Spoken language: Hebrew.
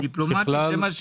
לדיפלומטים.